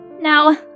Now